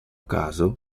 caso